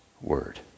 word